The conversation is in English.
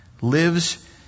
lives